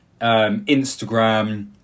Instagram